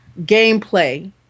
Gameplay